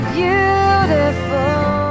beautiful